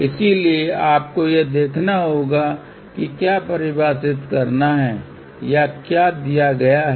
इसलिए आपको यह देखना होगा कि क्या परिभाषित करना है या क्या दिया गया है